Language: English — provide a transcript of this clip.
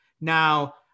Now